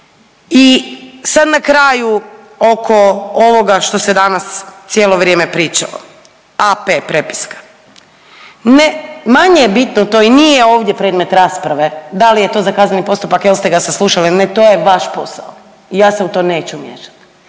I sad na kraju oko ovoga što se danas cijelo vrijeme pričalo, AP prepiska, ne, manje je bitno to i nije ovdje predmet rasprave da li je to za kazneni postupak, jel ste ga saslušali ili ne to je vaš posao i ja se u to neću miješat,